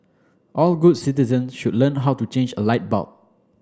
all good citizen should learn how to change a light bulb